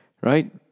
right